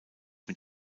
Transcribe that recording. mit